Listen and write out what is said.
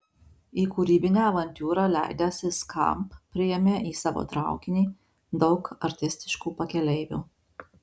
į kūrybinę avantiūrą leidęsi skamp priėmė į savo traukinį daug artistiškų pakeleivių